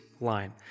line